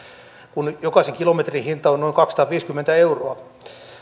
kun jokaisen kilometrin hinta on noin kaksisataaviisikymmentä euroa